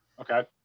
Okay